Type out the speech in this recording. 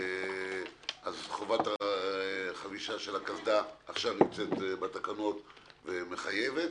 אז חובת חבישת הקסדה עכשיו נמצאת בתקנות ומחייבת.